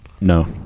no